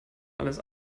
alles